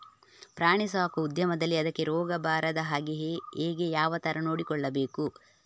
ಪ್ರಾಣಿ ಸಾಕುವ ಉದ್ಯಮದಲ್ಲಿ ಅದಕ್ಕೆ ರೋಗ ಬಾರದ ಹಾಗೆ ಹೇಗೆ ಯಾವ ತರ ನೋಡಿಕೊಳ್ಳಬೇಕು?